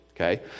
okay